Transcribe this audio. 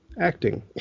acting